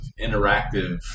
interactive